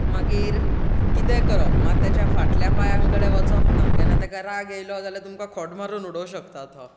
मागीर कितें करप मात तेच्या फाटल्या पायां कडेन वचप ना केन्ना तेका राग येयलो जाल्यार तुमकां खोट मारून उडोवंक शकता तो